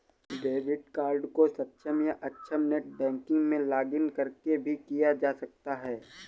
debit card को सक्षम या अक्षम नेट बैंकिंग में लॉगिंन करके भी किया जा सकता है